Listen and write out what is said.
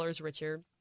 richer